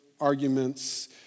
arguments